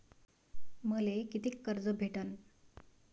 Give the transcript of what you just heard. मले कितीक कर्ज भेटन?